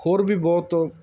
ਹੋਰ ਵੀ ਬਹੁਤ